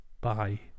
Bye